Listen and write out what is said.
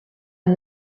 and